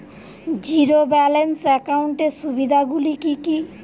Zero balance একাউন্টের সুবিধা গুলি কি কি?